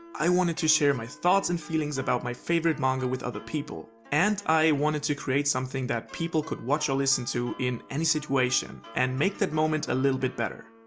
i wanted to share my thoughts and feeling about my favorite manga with other people. and i wanted to create something that people could watch or listen to in any situation and make that moment a little better.